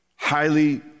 Highly